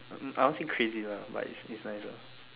um I won't say crazy lah but it's is nice lah